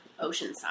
Oceanside